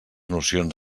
nocions